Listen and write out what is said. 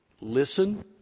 Listen